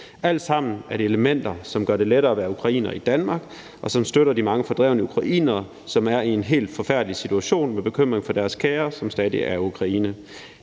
Alt sammen er det elementer, som gør det lettere at være ukrainer i Danmark, og som støtter de mange fordrevne ukrainere, som er i en helt forfærdelig situation med bekymring for deres kære, som stadig er i Ukraine.